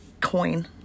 coin